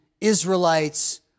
Israelites